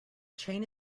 chain